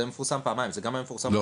זה היה מפורסם פעמיים --- לא,